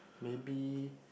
maybe